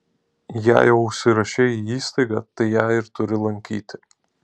jei jau užsirašei į įstaigą tai ją ir turi lankyti